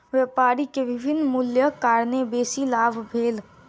व्यापारी के विभिन्न मूल्यक कारणेँ बेसी लाभ भेल